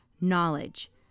knowledge